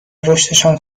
رشدشان